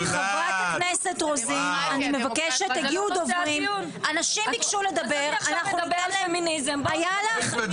אנחנו לא עושים עכשיו דיון על דוח שנהר.